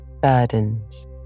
Burdens